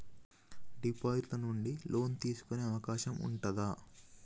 Deposit ల నుండి loan తీసుకునే అవకాశం ఉంటదా?